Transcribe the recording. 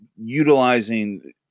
utilizing